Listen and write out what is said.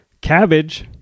Cabbage